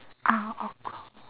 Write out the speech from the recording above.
ah of course